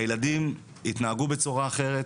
הילדים יתנהגו בצורה אחרת,